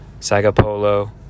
sagapolo